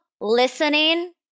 listening